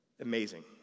amazing